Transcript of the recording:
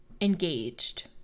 engaged